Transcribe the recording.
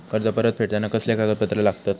कर्ज परत फेडताना कसले कागदपत्र लागतत?